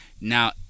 Now